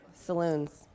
Saloons